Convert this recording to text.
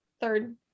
third